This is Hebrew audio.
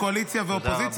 אחד.